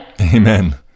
Amen